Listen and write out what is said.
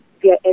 via